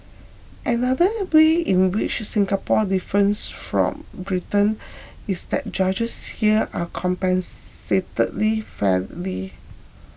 another way in which Singapore differs from Britain is that judges here are compensated fairly